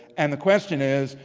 and the question is,